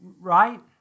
right